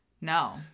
no